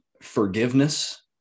forgiveness